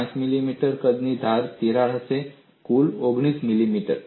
5 મિલીમીટરના કદની ધારની તિરાડો હશે કુલ 19 મિલીમીટર